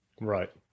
Right